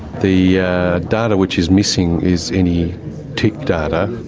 the yeah data which is missing is any tick data,